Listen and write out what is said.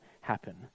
happen